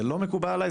זה לא מקובל עלי.